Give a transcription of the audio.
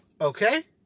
okay